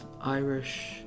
Irish